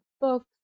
books